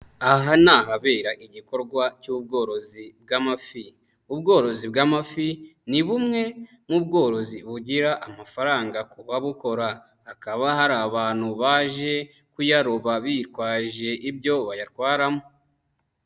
Aha ni ahabera igikorwa cy'ubworozi bw'amafi, ubworozi bw'amafi ni bumwe mu bworozi bugira amafaranga ku babukora, hakaba hari abantu baje kuyaroba bitwaje ibyo bayatwaramo.